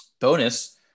Bonus